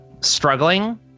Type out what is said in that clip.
struggling